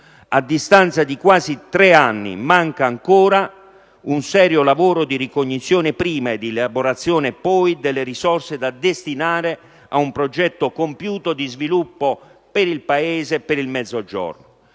A distanza di quasi tre anni manca ancora un serio lavoro, di ricognizione prima e di elaborazione poi, delle risorse da destinare ad un progetto compiuto di sviluppo per il Paese e per il Mezzogiorno.